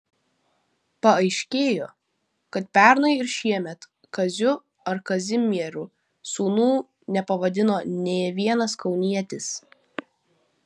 paaiškėjo kad pernai ir šiemet kaziu ar kazimieru sūnų nepavadino nė vienas kaunietis